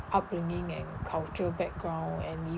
upbringing and culture background and